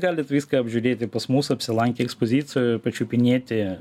galit viską apžiūrėti pas mus apsilankę ekspozicijo pačiupinėti